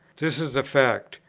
this is a fact,